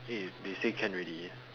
eh they say can ready